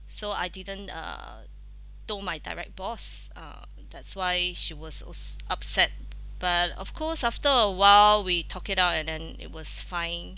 so I didn't uh told my direct boss uh that's why she was also upset but of course after a while we talked it out and then it was fine